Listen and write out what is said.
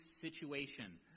situation